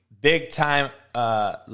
big-time